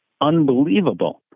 unbelievable